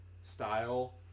style